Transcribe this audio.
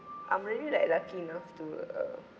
I'm really like lucky enough to uh